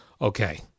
okay